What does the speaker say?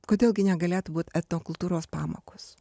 kodėl gi negalėtų būt etnokultūros pamokos